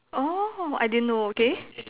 oh I didn't know okay